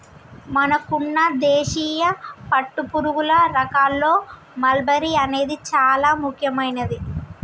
మనకున్న దేశీయ పట్టుపురుగుల రకాల్లో మల్బరీ అనేది చానా ముఖ్యమైనది